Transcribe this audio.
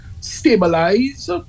stabilize